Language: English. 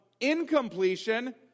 incompletion